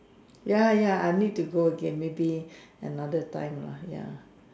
ya ya I need to go again maybe another time lah ya